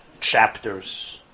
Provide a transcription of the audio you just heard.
chapters